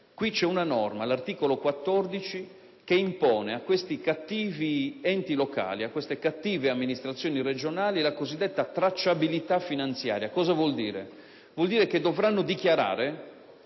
c'è una norma all'articolo 14 che impone a questi cattivi enti locali e a queste cattive amministrazioni regionali la cosiddetta tracciabilità finanziaria. Vuol dire che esse dovranno dichiarare,